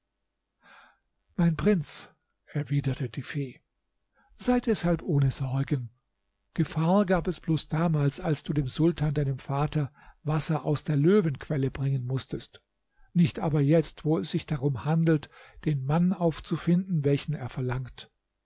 mein prinz erwiderte die fee sei deshalb ohne sorgen gefahr gab es bloß damals als du dem sultan deinem vater wasser aus der löwenquelle bringen mußtest nicht aber jetzt wo es sich darum handelt den mann aufzufinden welchen er verlangt